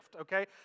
okay